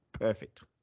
perfect